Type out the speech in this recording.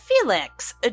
Felix